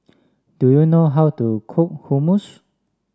do you know how to cook Hummus